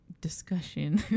discussion